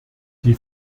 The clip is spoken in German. die